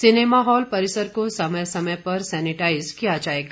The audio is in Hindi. सिनेमा हॉल परिसर को समय समय पर सैनिटाइजर किया जाएगा